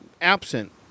absent